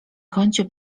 kącie